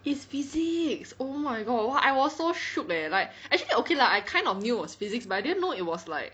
is physics oh my god !wah! I was so shook leh like actually okay lah I kind of knew it was physics but I didn't know it was like